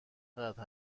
قدر